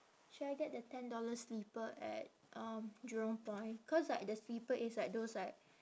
should I get the ten dollar slipper at um jurong point cause like the slipper is like those like